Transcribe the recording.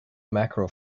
macro